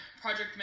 project